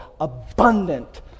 abundant